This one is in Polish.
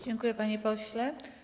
Dziękuję, panie pośle.